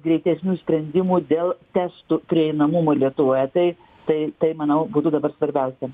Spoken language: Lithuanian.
greitesnių sprendimų dėl testų prieinamumo lietuvoje tai tai tai manau būtų dabar svarbiausia